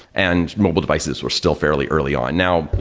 and mobile devices were still fairly early on. now,